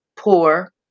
Poor